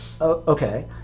okay